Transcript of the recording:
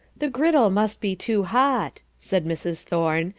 the griddle must be too hot, said mrs. thorne,